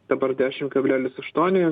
dabar dešim kablelis aštuoni